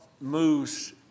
moves